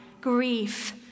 grief